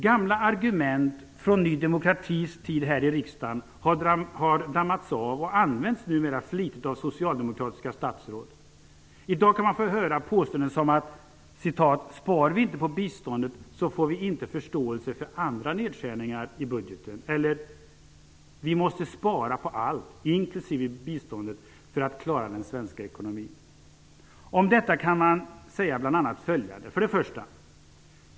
Gamla argument från Ny demokratis tid här i riksdagen har dammats av och används numera flitigt av socialdemokratiska statsråd. I dag kan man få höra påståenden som: "Spar vi inte på biståndet så får vi inte förståelse för andra nedskärningar i budgeten" eller "vi måste spara på allt, inklusive biståndet, för att klara den svenska ekonomin". Om detta kan man säga bl.a. följande. 1.